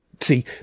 See